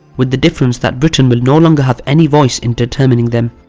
with the difference that britain will no longer have any voice in determining them.